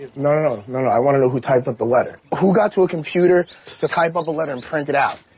no, no, no, no, i wanna know who typed up the letter. who got to a computer to type up a letter and print it out?